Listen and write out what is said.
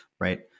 right